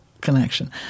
connection